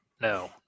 No